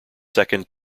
second